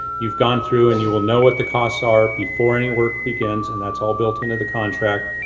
you've gone through and you will know what the costs are before any work begins. and that's all built into the contract